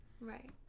right